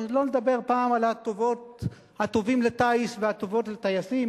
שלא לדבר פעם על "הטובים לטיס והטובות לטייסים",